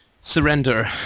surrender